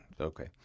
Okay